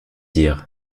dire